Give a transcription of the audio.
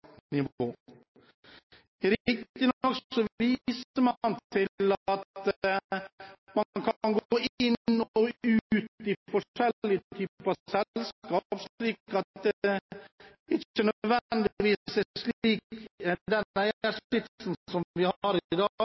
viser man til at man kan gå inn og ut av forskjellige typer selskap, slik at det ikke nødvendigvis er den eiersitsen vi har i dag, som kommer til å være i